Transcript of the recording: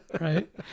Right